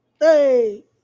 Hey